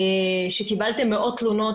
שקיבלתם מאות תלונות,